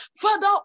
father